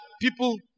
people